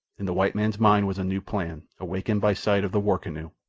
in the white man's mind was a new plan, awakened by sight of the war-canoe.